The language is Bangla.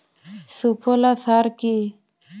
সুফলা সার কি?